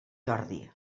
jordi